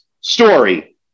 story